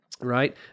Right